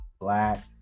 black